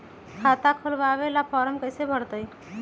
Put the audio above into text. खाता खोलबाबे ला फरम कैसे भरतई?